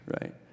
right